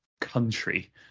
country